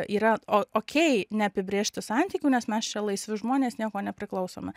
yra o okei neapibrėžti santykių nes mes čia laisvi žmonės nieko nepriklausome